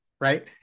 Right